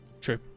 True